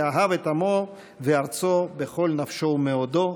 ואהב את עמו וארצו בכל נפשו ומאודו.